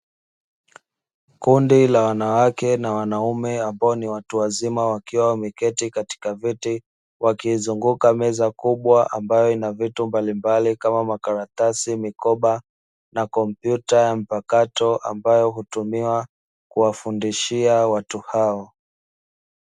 Kundi la wanawake na wanaume ambao ni watu wazima wakiwa wameketi katika viti wakizunguka meza kubwa ambayo ina vitu mbalimbali kama makaratasi mikoba na kompyuta mpakato ambayo hutumiwa kuwafundishia watu hao.